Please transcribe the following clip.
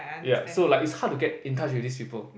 ya so like it's hard to get in touch with these people